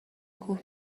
کوه